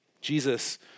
Jesus